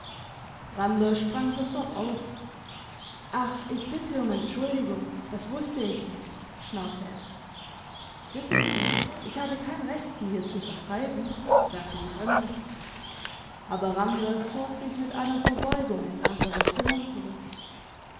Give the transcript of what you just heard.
randers sprang sofort auf ach ich bitte um entschuldigung das wusste ich nicht schnarrte er bitte sehr ich habe kein recht sie hier zu vertreiben sagte die fremde aber randers zog sich mit einer verbeugung ins andere zimmer zurück